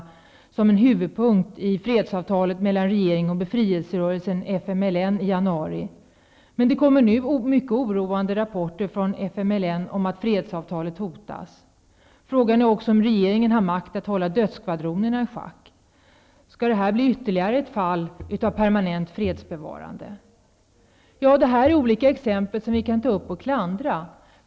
Detta är en huvudpunkt i fredsavtalet mellan regeringen och befrielserörelsen FMLN som slöts i januari. Men det kommer nu mycket oroande rapporter från FMLN om att fredsavtalet hotas. Frågan är också om regeringen har makt att hålla dödsskvadronerna i schack. Skall detta bli ytterligare ett fall av permanent fredsbevarande? Detta är olika exempel som vi kan ta upp där det finns anledning till klander.